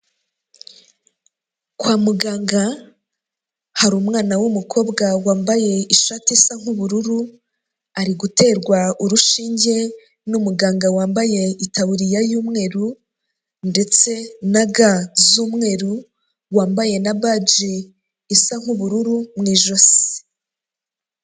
Kwa muganga hari umwana w'umukobwa wambaye ishati isa nk'ubururu, ari guterwa urushinge n'umuganga wambaye itabuririya y'umweru, ndetse na ga z'umweru, wambaye na baji isa nk'ubururu mu ijosi.